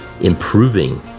improving